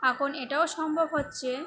এখন এটাও সম্ভব হচ্ছে